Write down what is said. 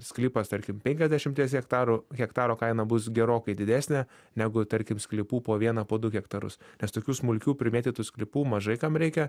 sklypas tarkim penkiasdešimties hektarų hektaro kaina bus gerokai didesnė negu tarkim sklypų po vieną po du hektarus nes tokių smulkių primėtytų sklypų mažai kam reikia